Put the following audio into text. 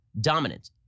dominant